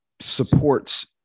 supports